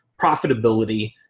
profitability